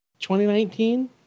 2019